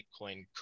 Bitcoin